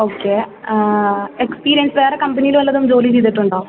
okay experience വേറെ കമ്പനിയിൽ വല്ലതും ജോലി ചെയ്തിട്ടുണ്ടോ